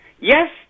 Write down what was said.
yes